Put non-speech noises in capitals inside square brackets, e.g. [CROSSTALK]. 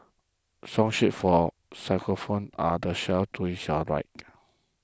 song sheets for xylophones are on the shelf to [UNINTELLIGIBLE] right